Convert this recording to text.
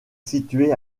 situé